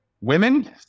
women